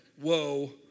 whoa